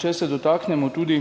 če se dotaknemo tudi,